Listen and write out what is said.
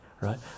right